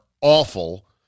awful